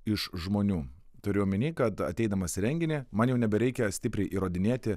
iš žmonių turiu omeny kad ateidamas į renginį man jau nebereikia stipriai įrodinėti